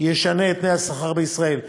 שישנה את פני השכר בישראל.